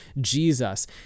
Jesus